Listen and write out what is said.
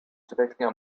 depicting